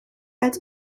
als